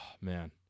man